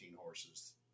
horses